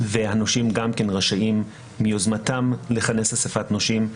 והנושים רשאים מיוזמתם לכנס אסיפת נושים.